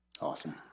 Awesome